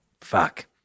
Fuck